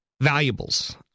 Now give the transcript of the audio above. Valuables